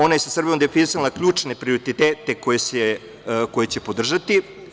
Ona je sa Srbijom definisala ključne prioritete koje će podržati.